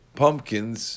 pumpkins